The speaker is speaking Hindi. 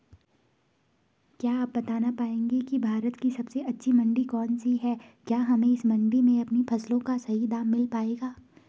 क्या आप बताना पाएंगे कि भारत की सबसे अच्छी मंडी कौन सी है क्या हमें इस मंडी में अपनी फसलों का सही दाम मिल पायेगा?